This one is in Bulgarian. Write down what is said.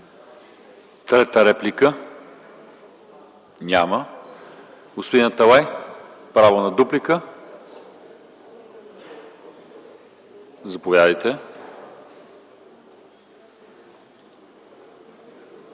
трета реплика? Няма. Господин Аталай – право на дуплика. Заповядайте.